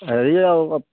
হেৰিয়ে আৰু